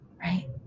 right